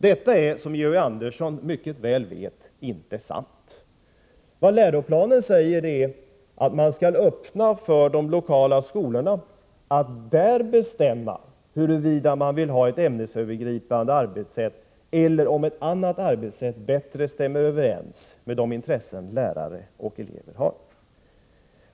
Detta är, som Georg Andersson mycket väl vet, inte sant. Läroplanen säger att det skall vara öppet för de lokala skolorna att bestämma huruvida man vill ha ett ämnesövergripande arbetssätt eller om ett annat arbetssätt bättre stämmer överens med de intressen lärare och elever har.